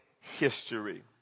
history